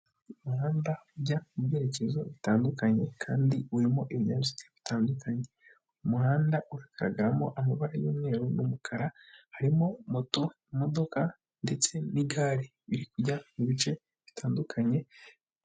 Umuhanda ujya mu byerekezo bitandukanye, kandi urimo ibinyabiziga bitandukanye, umuhanda ugaragaramo amabara y'umweru n'umukara harimo:moto, imodoka ndetse n'igare biri kujya mu bice bitandukanye.